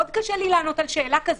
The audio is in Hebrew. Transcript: קשה לי לענות על שאלה כזאת.